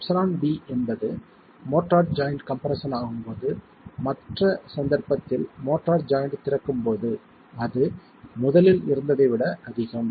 εb என்பது mortar joint compression ஆகும் போது மற்ற சந்தர்ப்பத்தில் மோர்ட்டார் ஜாய்ண்ட் திறக்கும் போது அது முதலில் இருந்ததை விட அதிகம்